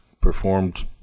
performed